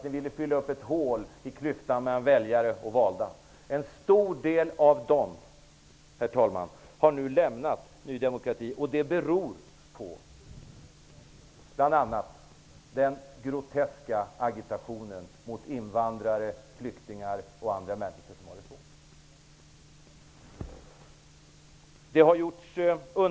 Ni ville fylla upp ett hål i klyftan mellan väljare och valda. En stor del av dessa väljare har nu lämnat Ny demokrati, herr talman. Det beror bl.a. på den groteska agitationen mot invandrare, flyktingar och andra människor som har det svårt.